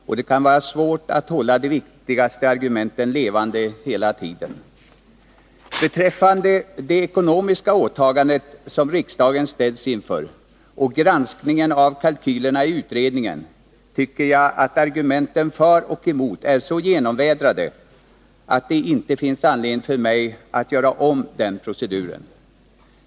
Och det kan vara svårt att hålla de viktigaste argumenten levande hela tiden. Beträffande det ekonomiska åtagande som riksdagen ställs inför och granskningen av kalkylerna i utredningen tycker jag att argumenten för och emot är så genomvädrade att det inte finns anledning för mig att göra om proceduren.